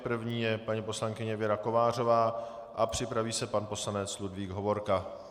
První je paní poslankyně Věra Kovářová a připraví se pan poslanec Ludvík Hovorka.